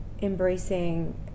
embracing